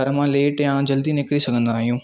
घर मां लेट या जल्दी निकरी सघंदा आहियूं